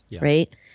right